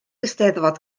eisteddfod